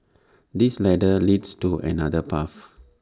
this ladder leads to another path